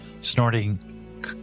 snorting